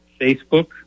Facebook